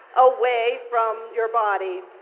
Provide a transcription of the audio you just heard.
away from your body,